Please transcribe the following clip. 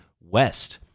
West